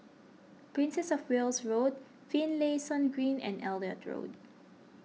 Princess of Wales Road Finlayson Green and Elliot Road